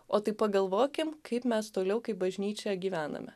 o tai pagalvokim kaip mes toliau kaip bažnyčia gyvename